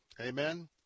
Amen